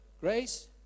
grace